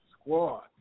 Squad